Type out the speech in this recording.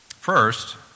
First